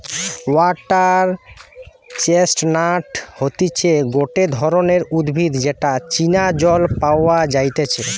water chestnut হতিছে গটে ধরণের উদ্ভিদ যেটা চীনা জল পাওয়া যাইতেছে